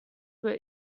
were